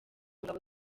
ngabo